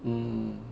mm